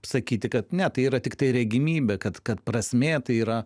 sakyti kad ne tai yra tiktai regimybė kad kad prasmė tai yra